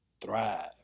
thrive